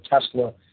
Tesla